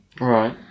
Right